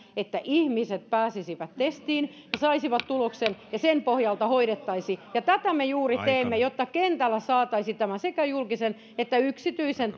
että ihmiset pääsisivät testiin ja saisivat tuloksen ja sen pohjalta hoidettaisiin tätä me juuri teemme jotta kentällä saataisiin tämä sekä julkisen että yksityisen